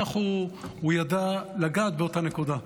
כך הוא ידע לגעת באותה נקודה,